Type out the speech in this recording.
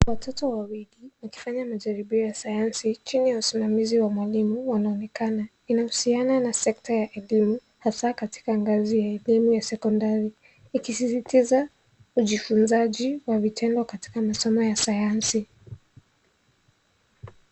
Watoto wawili, wakifanya majaribio ya sayansi, chini ya usimamizi wa mwalimu, wanaonekana. Inahusiana na sekta ya elimu, hasa katika ngazi ya elimu ya sekondari, ikisisitiza, ujifunzaji na vitendo katika masomo ya sayansi.